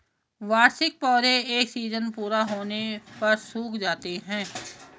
वार्षिक पौधे एक सीज़न पूरा होने पर सूख जाते हैं